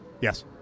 Yes